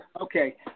Okay